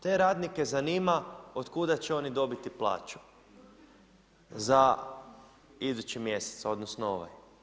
Te radnike zanima od kuda će oni dobiti plaću za idući mjesec, odnosno ovaj.